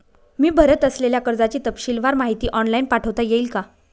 मी भरत असलेल्या कर्जाची तपशीलवार माहिती ऑनलाइन पाठवता येईल का?